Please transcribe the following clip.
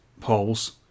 polls